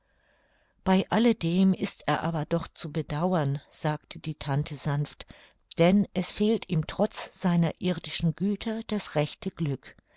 bei alledem ist er aber doch zu bedauern sagte die tante sanft denn es fehlt ihm trotz seiner irdischen güter das rechte glück